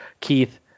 Keith